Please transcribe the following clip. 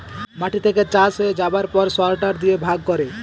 মাটি থেকে চাষ হয়ে যাবার পর সরটার দিয়ে ভাগ করে